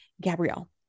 Gabrielle